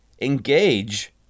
engage